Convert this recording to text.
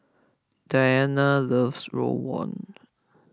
Dianna loves Rawon